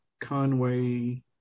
Conway